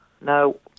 No